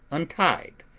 untied,